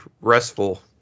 restful